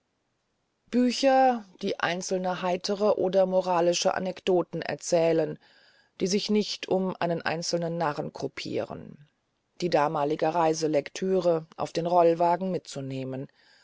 bücher die heitere oder moralische anekdoten erzählten die sich nicht um einen einzelnen narren gruppierten die damalige reiselektüre auf den rollwagen mitzunehmen